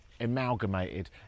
amalgamated